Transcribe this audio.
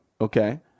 Okay